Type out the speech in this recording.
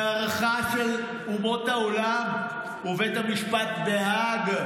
בהערכה של אומות העולם ובית המשפט בהאג,